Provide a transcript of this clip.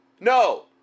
no